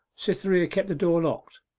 cytherea kept the door locked.